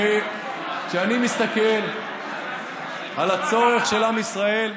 וכשאני מסתכל על הצורך של עם ישראל,